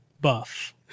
buff